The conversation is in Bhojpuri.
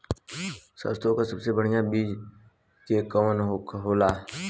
सरसों क सबसे बढ़िया बिज के कवन होला?